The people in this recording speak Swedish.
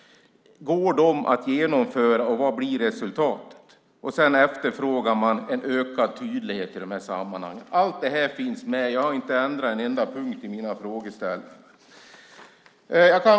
Går de att genomföra, och vad blir resultatet? Man efterfrågar en ökad tydlighet i dessa sammanhang. Allt det här finns med. Jag har inte ändrat en enda punkt i mina frågeställningar.